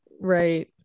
Right